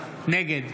נגד